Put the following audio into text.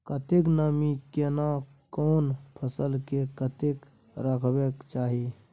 कतेक नमी केना कोन फसल मे कतेक रहबाक चाही?